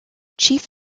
chief